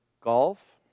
golf